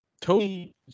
Tony